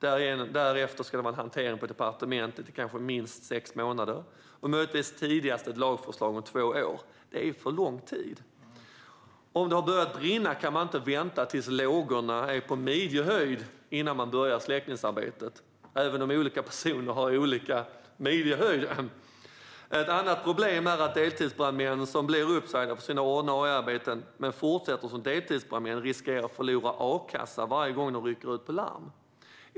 Därefter ska det vara en hantering på departementet i kanske minst sex månader och möjligtvis tidigast ett lagförslag om två år. Det är för lång tid. Om det har börjat brinna kan man inte vänta tills lågorna är på midjehöjd innan man börjar släckningsarbetet, även om olika personer visserligen har olika midjehöjd. Ett annat problem är att deltidsbrandmän som blir uppsagda från sina ordinarie arbeten men fortsätter som deltidsbrandmän riskerar att förlora a-kassa varje gång de rycker ut på larm.